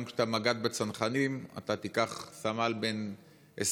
גם כשאתה מג"ד בצנחנים אתה תיקח סמל בן 20,